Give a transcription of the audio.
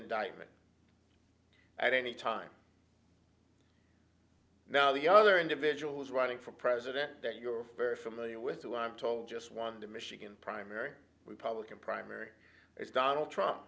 indictment i don't he time now the other individuals running for president that you're very familiar with who i'm told just won the michigan primary republican primary is donald trump